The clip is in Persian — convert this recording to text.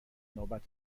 نوبت